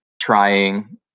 trying